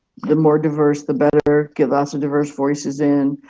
the more diverse the better. get lots of diverse voices in.